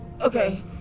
okay